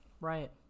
right